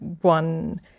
one